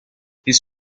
his